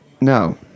No